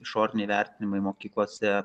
išoriniai vertinimai mokyklose